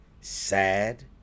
sad